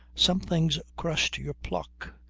something's crushed your pluck.